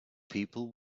people